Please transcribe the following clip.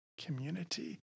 community